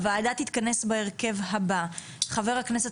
הועדה תתכנס בהרכב הבא - חבר הכנסת